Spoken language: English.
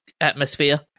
atmosphere